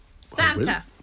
Santa